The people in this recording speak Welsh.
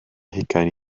hugain